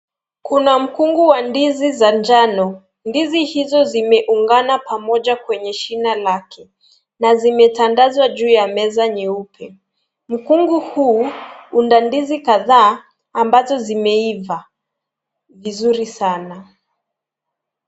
Kuna mkungu wa ndizi za njano. Ndizi hizo zimeungana pamoja kwenye shina lake na zimetandazwa juu ya meza nyeupe. Mkungu huu una ndizi kadhaa ambazo zimeiva vizuri sana.